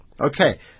okay